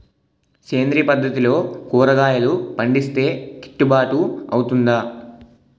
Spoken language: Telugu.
సేంద్రీయ పద్దతిలో కూరగాయలు పండిస్తే కిట్టుబాటు అవుతుందా?